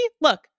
look